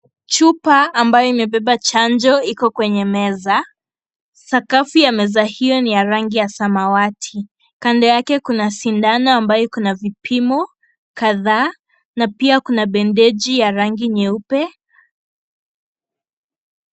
Chupa ambayo imebeba chanjo iko kwenye meza, sakafu ya meza hiyo ni ya rangi ya samawati. Kando yake kuna sindano ambayo iko na vipimo kadhaa na pia kuna bendeji ya rangi nyeupe.